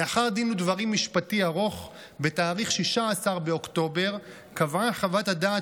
לאחר דין ודברים משפטי ארוך בתאריך 16 באוקטובר קבעה חוות הדעת